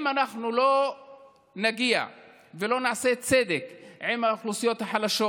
אם אנחנו לא נגיע ולא נעשה צדק עם האוכלוסיות החלשות,